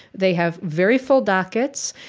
they have very full dockets.